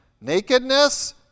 nakedness